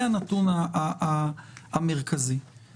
אני רק אומר שבנקודה הזאת יש פה מהלך שמשנה את הפרמטרים.